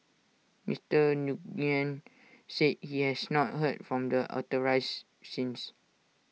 Mister Nguyen said he has not heard from the authorise since